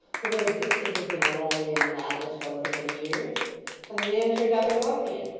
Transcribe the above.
for her existence has been a lonely and monotonous one for many years and the man turned out a ruffian,